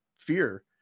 fear